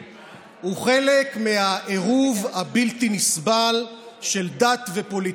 הוא חלק מהעירוב הבלתי-נסבל של דת ופוליטיקה.